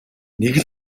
нэг